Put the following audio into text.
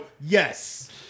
yes